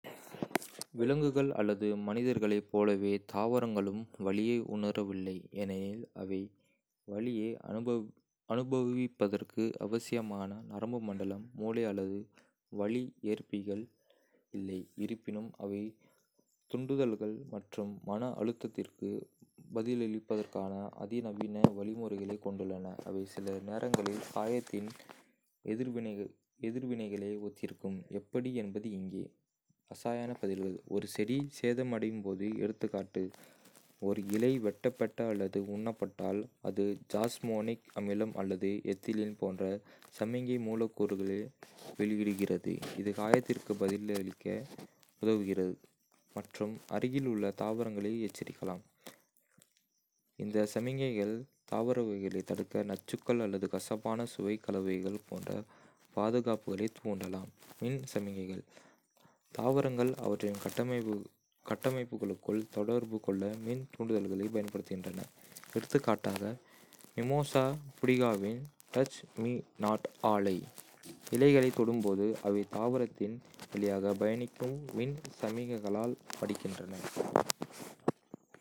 விலங்குகள் அல்லது மனிதர்களைப் போலவே தாவரங்களும் வலியை உணரவில்லை, ஏனெனில் அவை வலியை. அனுபவிப்பதற்கு அவசியமான நரம்பு மண்டலம், மூளை அல்லது வலி ஏற்பிகள் (நோசிசெப்டர்கள்) இல்லை. இருப்பினும், அவை தூண்டுதல்கள் மற்றும் மன அழுத்தத்திற்கு பதிலளிப்பதற்கான அதிநவீன வழிமுறைகளைக் கொண்டுள்ளன, அவை சில நேரங்களில் காயத்தின் எதிர்வினைகளை ஒத்திருக்கும். எப்படி என்பது இங்கே. இரசாயன பதில்கள். ஒரு செடி சேதமடையும் போது எகா, ஒரு இலை வெட்டப்பட்ட அல்லது உண்ணப்பட்டால், அது ஜாஸ்மோனிக் அமிலம் அல்லது எத்திலீன் போன்ற சமிக்ஞை மூலக்கூறுகளை வெளியிடுகிறது, இது காயத்திற்கு பதிலளிக்க உதவுகிறது மற்றும் அருகிலுள்ள தாவரங்களை எச்சரிக்கலாம். இந்த சமிக்ஞைகள் தாவரவகைகளைத் தடுக்க நச்சுகள் அல்லது கசப்பான-சுவை கலவைகள் போன்ற பாதுகாப்புகளைத் தூண்டலாம். மின் சமிக்ஞைகள். தாவரங்கள் அவற்றின் கட்டமைப்புகளுக்குள் தொடர்பு கொள்ள மின் தூண்டுதல்களைப் பயன்படுத்துகின்றன. எடுத்துக்காட்டாக, மிமோசா புடிகாவின் டச்-மீ-நாட் ஆலை இலைகளைத் தொடும்போது, அவை தாவரத்தின் வழியாக பயணிக்கும் மின் சமிக்ஞைகளால் மடிகின்றன.